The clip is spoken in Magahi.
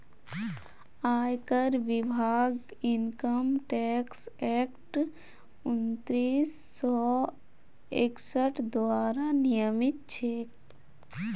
आयकर विभाग इनकम टैक्स एक्ट उन्नीस सौ इकसठ द्वारा नियमित छेक